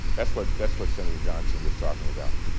that's what that's what senator johnson was talking about.